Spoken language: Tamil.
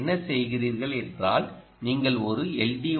நீங்கள் என்ன செய்கிறீர்கள் என்றால் நீங்கள் ஒரு எல்